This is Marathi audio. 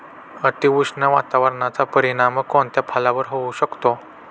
अतिउष्ण वातावरणाचा परिणाम कोणत्या फळावर होऊ शकतो?